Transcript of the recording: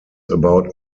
about